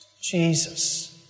Jesus